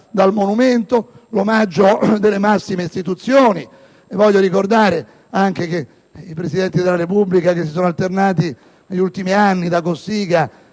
uscivano e l'omaggio delle massime istituzioni. Voglio ricordare anche che i Presidenti della Repubblica che si sono succeduti negli anni, da Cossiga